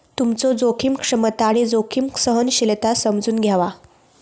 तुमचो जोखीम क्षमता आणि जोखीम सहनशीलता समजून घ्यावा